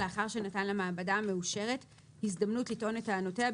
לאחר שנתן למעבדה המאושרת הזדמנות לטעון את טענותיה,